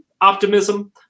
optimism